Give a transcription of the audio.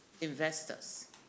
investors